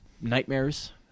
nightmares